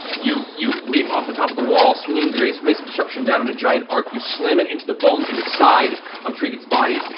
you you leap off the top of the wall, swinging the mace mace of disruption down in a giant arc. you slam it into the bones on and the side of trinket's body.